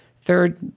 Third